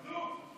חצוף.